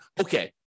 Okay